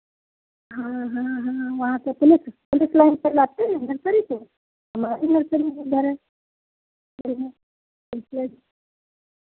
हाँ हाँ हाँ वहाँ से पुलिस पुलिस लाइन से लाते हैं नर्सरी से हमारे घर के ही उधर है बढ़ियाँ तो इसलिए